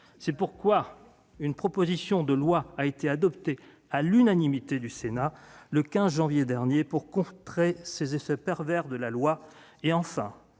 C'est pourquoi une proposition de loi a été adoptée à l'unanimité du Sénat le 15 janvier dernier, pour contrer ces effets pervers de la loi et, ainsi,